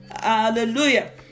Hallelujah